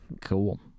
Cool